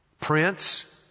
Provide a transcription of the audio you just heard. Prince